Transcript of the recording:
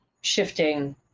shifting